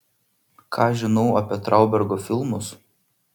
ką žinau apie traubergo filmus